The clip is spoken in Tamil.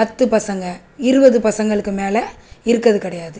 பத்து பசங்க இருபது பசங்களுக்கு மேலே இருக்கிறது கிடையாது